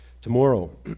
tomorrow